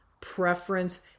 preference